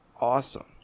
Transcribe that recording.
awesome